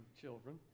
children